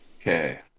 Okay